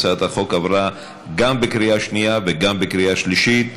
הצעת החוק עברה גם בקריאה שנייה וגם בקריאה שלישית.